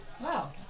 Wow